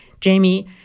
Jamie